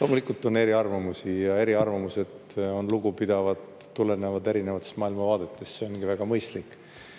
Loomulikult on eriarvamusi ja eriarvamused on lugupidavad, tulenevad eri maailmavaadetest. See ongi väga mõistlik.